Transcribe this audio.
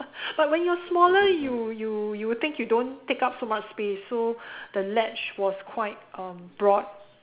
but when you're smaller you you you would think you don't take up so much space so the ledge was quite um broad